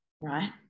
right